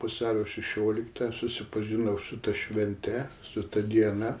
vasario šešiolikta susipažinau su ta švente su ta diena